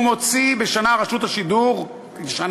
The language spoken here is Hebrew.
רשות השידור מוציאה בשנה,